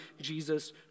Jesus